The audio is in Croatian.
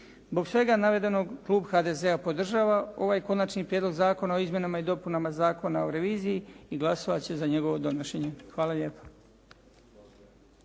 Zbog svega navedenog, klub HDZ-a podržava ovaj Konačni prijedlog zakona o izmjenama i dopunama Zakona o reviziji i glasovati će za njegovo donošenje. Hvala lijepa.